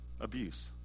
abuse